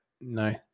no